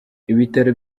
ibitaro